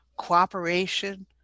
cooperation